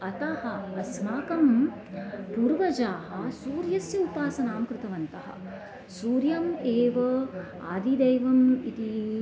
अतः अस्माकं पूर्वजाः सूर्यस्य उपासनां कृतवन्तः सूर्यम् एव आदिदेवम् इति